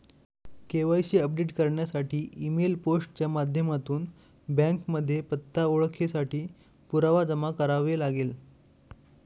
KYC update करण्यासाठी email, post च्या माध्यमातून बँकेमध्ये पत्ता, ओळखेसाठी पुरावा जमा करावे लागेल